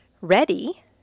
ready